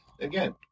again